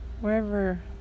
Wherever